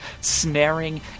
snaring